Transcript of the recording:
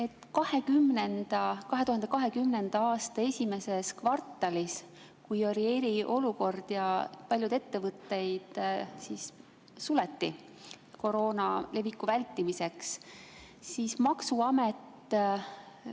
2020. aasta esimeses kvartalis, kui oli eriolukord ja paljud ettevõtted suleti, koroona leviku vältimiseks, siis maksuamet